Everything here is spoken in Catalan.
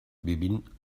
vivint